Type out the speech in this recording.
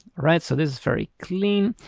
alright so this is very clean.